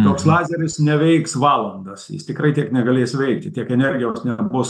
toks lazeris neveiks valandas jis tikrai tiek negalės veikti tiek energijos nebus